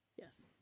Yes